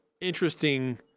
interesting